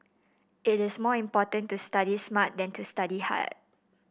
it is more important to study smart than to study hard